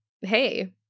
hey